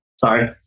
Sorry